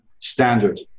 standard